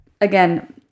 again